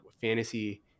fantasy